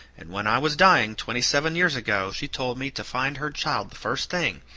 and when i was dying, twenty-seven years ago, she told me to find her child the first thing,